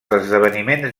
esdeveniments